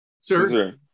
Sir